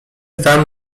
wam